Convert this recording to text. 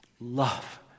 love